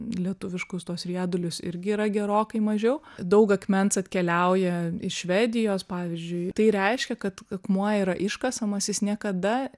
lietuviškus tuos riedulius irgi yra gerokai mažiau daug akmens atkeliauja iš švedijos pavyzdžiui tai reiškia kad akmuo yra iškasamas jis niekada